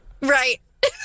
Right